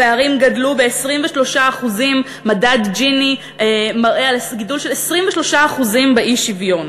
הפערים גדלו ב-23% מדד ג'יני מראה גידול של 23% באי-שוויון.